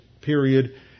period